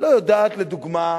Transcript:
לא יודעת, לדוגמה,